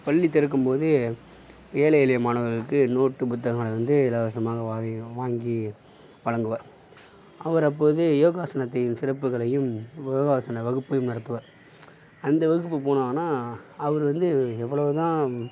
பள்ளி திறக்கும் போது ஏழை எளிய மாணவர்களுக்கு நோட்டு புத்தகம் வந்து இலவசமாக வாங்கி வாங்கி வழங்குவார் அவர் அப்போது யோகாசனத்தின் சிறப்புகளையும் யோகாசன வகுப்பையும் நடத்துவார் அந்த வகுப்புக்கு போனோம்னா அவர் வந்து எவ்வளவுதான்